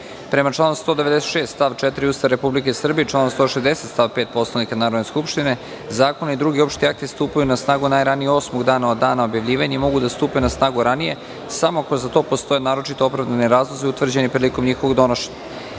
članu 196. stav 4. Ustava Republike Srbije i članu 160. stav 5. Poslovnika Narodne skupštine, zakoni i drugi opšti akti stupaju na snagu najranije osmog dana od dana objavljivanja i mogu da stupe na snagu ranije samo ako za to postoje naročito opravdani razlozi, utvrđeni prilikom njihovog donošenja. Stavljam